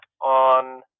on